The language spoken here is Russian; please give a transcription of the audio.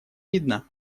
видно